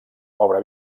obra